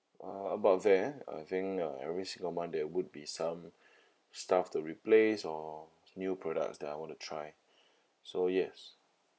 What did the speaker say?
uh about there I think uh every single month there would be some stuff to replace or new products that I want to try so yes